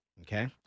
Okay